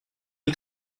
une